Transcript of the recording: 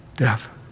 death